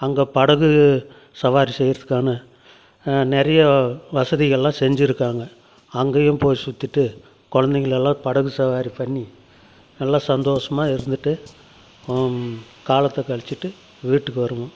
அங்கே படகு சவாரி செய்கிறதுக்கான நிறைய வசதிகள்லாம் செஞ்சுருக்காங்க அங்கேயும் போய் சுத்திவிட்டு குழந்தைகள எல்லாம் படகு சவாரி பண்ணி நல்லா சந்தோஷமா இருந்துவிட்டு காலத்தை கழிச்சுட்டு வீட்டுக்கு வருவோம்